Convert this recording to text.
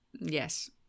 Yes